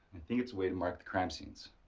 think its way to mark the crime scenes.